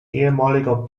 ehemaliger